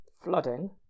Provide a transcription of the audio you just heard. flooding